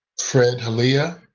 fred haliya,